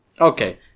Okay